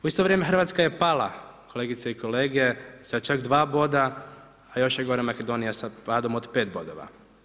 U isto vrijeme RH je pala, kolegice i kolege, za čak 2 boda, a još je gora Makedonija sa padom od 5 bodova.